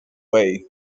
way